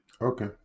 Okay